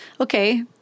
Okay